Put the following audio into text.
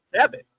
seven